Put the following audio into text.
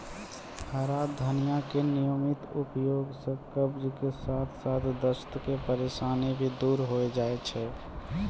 हरा धनिया के नियमित उपयोग सॅ कब्ज के साथॅ साथॅ दस्त के परेशानी भी दूर होय जाय छै